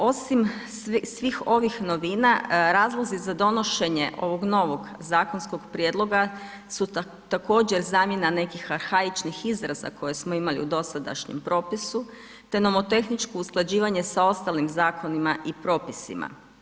Osim svih ovih novina, razlozi za donošenje ovog novog zakonskog prijedloga, su također zamjena nekih arhaičkih izraza koje smo imali u dosadašnjem propisu, te nomotehničko usklađivanje sa ostalim zakonima i propisima.